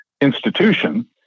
institution